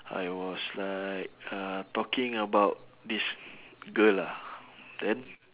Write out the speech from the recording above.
I was like uh talking about this girl ah then